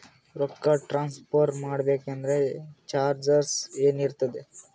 ರೊಕ್ಕ ಟ್ರಾನ್ಸ್ಫರ್ ಮಾಡಬೇಕೆಂದರೆ ಚಾರ್ಜಸ್ ಏನೇನಿರುತ್ತದೆ?